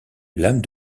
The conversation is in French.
l’âme